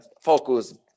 focus